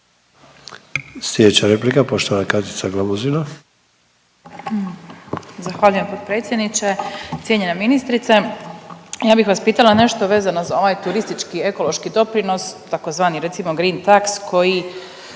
Slijedeća replika poštovana Katica Glamuzina.